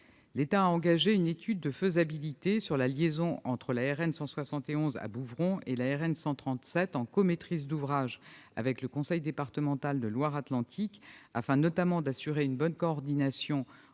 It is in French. L'État a engagé une étude de faisabilité sur la liaison entre la RN 171, à Bouvron, et la RN 137 en comaîtrise d'ouvrage avec le conseil départemental de Loire-Atlantique, afin notamment d'assurer une bonne coordination